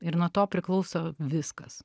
ir nuo to priklauso viskas